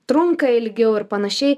trunka ilgiau ir panašiai